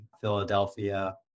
Philadelphia